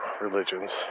religions